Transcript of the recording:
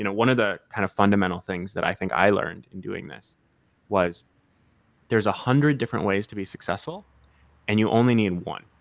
and one of the kind of fundamental things that i think i learned in doing this was there's one hundred different ways to be successful and you only need one,